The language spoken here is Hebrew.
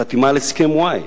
חתימה על הסכם-וואי